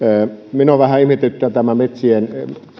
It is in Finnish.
minua vähän ihmetyttää tämä